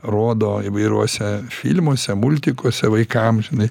rodo įvairiuose filmuose multikuose vaikam žinai